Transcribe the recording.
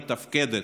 ממשלה מתפקדת,